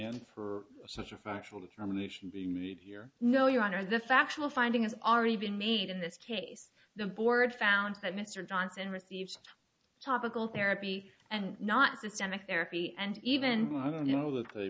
and for such a factual determination being made here no your honor the factual finding has already been made in this case the board found that mr johnson received topical therapy and not systemic therapy and even i don't know that they